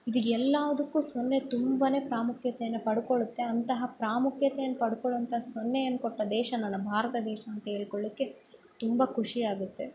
ಇದು ಎಲ್ಲವುದಕ್ಕು ಸೊನ್ನೆ ತುಂಬಾ ಪ್ರಾಮುಖ್ಯತೆ ಪಡ್ಕೋಳುತ್ತೆ ಅಂತಹ ಪ್ರಾಮುಖ್ಯತೆಯನ್ ಪಡ್ಕೊಳ್ವಂಥ ಸೊನ್ನೆಯನ್ನು ಕೊಟ್ಟ ದೇಶ ನನ್ನ ಭಾರತ ದೇಶ ಅಂತ ಹೇಳ್ಕೊಳ್ಳೋಕೆ ತುಂಬ ಖುಷಿ ಆಗುತ್ತೆ